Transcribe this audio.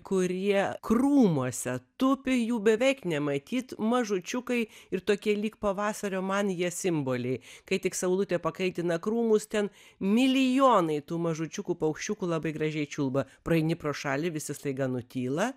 kurie krūmuose tupi jų beveik nematyt mažučiukai ir tokie lyg pavasario man jie simboliai kai tik saulutė pakaitina krūmus ten milijonai tų mažučiukų paukščiukų labai gražiai čiulba praeini pro šalį visi staiga nutyla